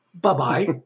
Bye-bye